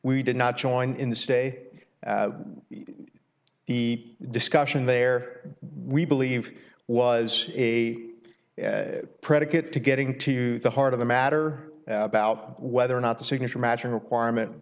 we did not join in the stay the discussion there we believe was a predicate to getting to the heart of the matter about whether or not the signature matching requirement